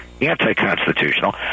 anti-constitutional